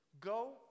Go